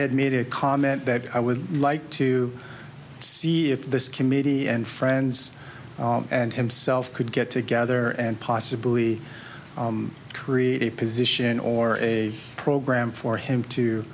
had made a comment that i would like to see if this committee and friends and himself could get together and possibly create a position or a program for him to